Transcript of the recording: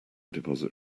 deposit